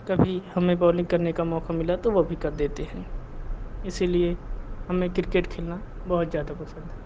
कभी हमे बॉलिंग करने का मौका मिला तो वो भी कर देते हैं इसीलिए हमे क्रिकेट खेलना बहुत ज्यादा पसंद है